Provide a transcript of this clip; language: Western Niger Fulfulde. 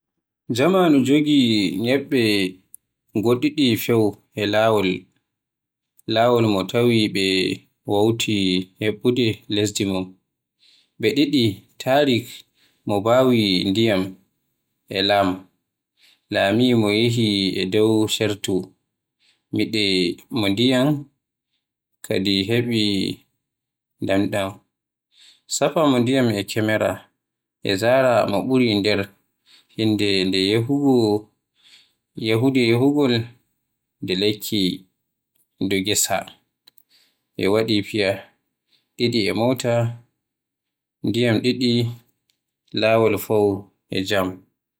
Jamanu jooɗi, ñaɓɓe goɗɗiɗi feewi e laawol, laawol mo tawii ɓe wawti heɓɓude lesdi mum. ɓe ɗiɗi, Tariq, mo mbaawi ndimi e laamu, Lami, mo yahii e dow ceertu, Mide, mo ndiyam kadi heɓi ndemndem, Sefa, mo ndiyam e camara; e Zara, mo ɓuri nder hinnde ndee yahude yahugol. Nde lekki ɗoo ngesa, ɓe waɗi fiy, ɗiɗi e motar, ndiyam ɗiɗi, laawol fow e jam.